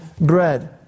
bread